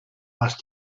más